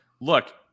look